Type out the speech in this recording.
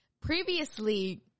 Previously